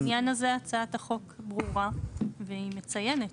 אז בעניין הזה הצעת החוק ברורה והיא מציינת